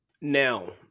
Now